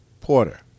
Porter